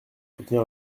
soutenir